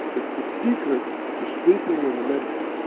it's the secret to sleeping when you meditate.